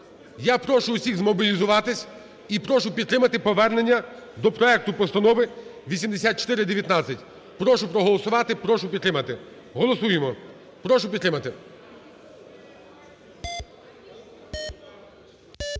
Я прошу усіхзмобілізуватись і прошу підтримати повернення до проекту Постанови 8419. Прошу проголосувати. Прошу підтримати. Голосуємо. Прошу підтримати.